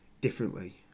differently